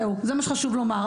זה מה שחשוב לומר.